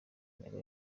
ntego